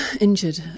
injured